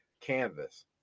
canvas